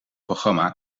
programma